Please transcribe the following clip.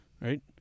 Right